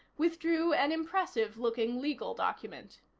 withdrew an impressive-looking legal document.